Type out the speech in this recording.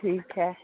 ٹھیک ہے